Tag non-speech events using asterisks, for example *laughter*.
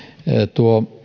tuo *unintelligible*